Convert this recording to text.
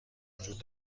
وجود